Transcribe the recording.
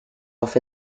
off